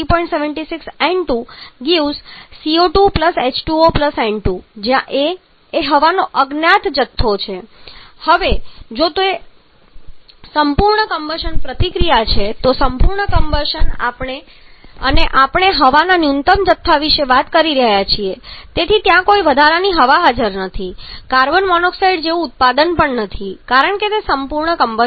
76 N2 🡪 CO2 H2O N2 જ્યાં a એ હવાનો અજ્ઞાત જથ્થો છે હવે જો તે સંપૂર્ણ કમ્બશન પ્રક્રિયા છે તો સંપૂર્ણ કમ્બશન અને આપણે હવાના ન્યૂનતમ જથ્થા વિશે વાત કરી રહ્યા છીએ તેથી ત્યાં કોઈ વધારાની હવા હાજર નથી અને કાર્બન મોનોક્સાઇડ જેવું ઉત્પાદન પણ નથી કારણ કે તે સંપૂર્ણ કમ્બશન છે